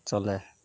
चलय हइ